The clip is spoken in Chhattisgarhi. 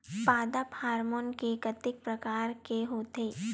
पादप हामोन के कतेक प्रकार के होथे?